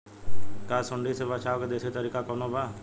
का सूंडी से बचाव क देशी तरीका कवनो बा?